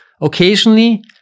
Occasionally